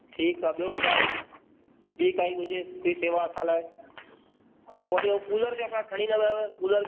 ठीकु आहे बियो बुधायो बी कोई हुजे कोई शेवा असां लाइ ऐं कूलर जेका खणी न वियो आहेकूलर कूलर चओ पिया खणी न वयव कूलर